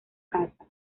casa